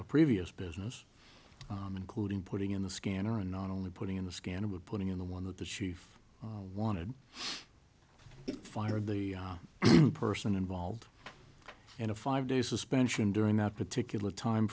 the previous business including putting in the scanner and not only putting in the scanner but putting in the one that the chief wanted fired the person involved in a five day suspension during that particular time